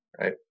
Right